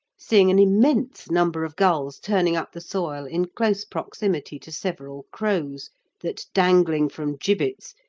seeing an immense number of gulls turning up the soil in close proximity to several crows that, dangling from gibbets,